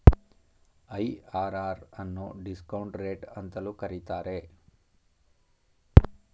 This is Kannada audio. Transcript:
ಐ.ಆರ್.ಆರ್ ಅನ್ನು ಡಿಸ್ಕೌಂಟ್ ರೇಟ್ ಅಂತಲೂ ಕರೀತಾರೆ